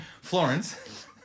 Florence